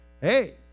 Hey